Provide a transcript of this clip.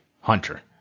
Hunter